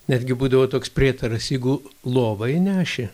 netgi būdavo toks prietaras jeigu lovą įneši